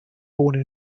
born